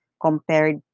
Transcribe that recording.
compared